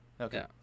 Okay